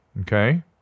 Okay